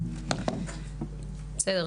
זה בסדר.